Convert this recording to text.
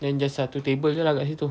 then just satu table jer lah kat situ